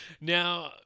Now